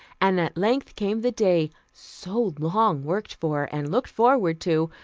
and at length came the day, so long worked for and looked forward to,